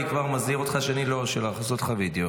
אני כבר מזהיר אותך שלא אאשר לך לעשות וידאו.